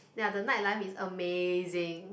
ya the night life is amazing